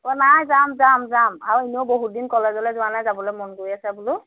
অঁ নাই যাম যাম যাম আৰু এনেও বহুত দিন কলেজলৈ যোৱা নাই যাবলৈ মন গৈ আছে বোলো